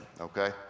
okay